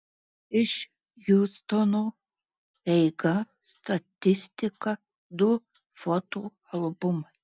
iš hjustono eiga statistika du foto albumai